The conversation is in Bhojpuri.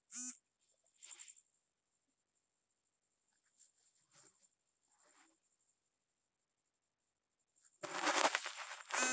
खरीफ की फसल में कौन कौन फसल के बोवाई होखेला?